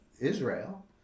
Israel